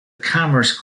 commerce